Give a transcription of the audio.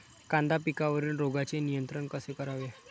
कांदा पिकावरील रोगांचे नियंत्रण कसे करावे?